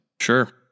Sure